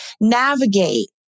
navigate